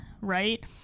right